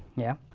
yeah.